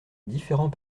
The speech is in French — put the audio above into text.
différents